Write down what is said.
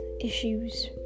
issues